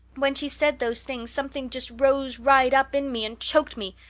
when she said those things something just rose right up in me and choked me.